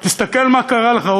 תסתכל מה קרה לך.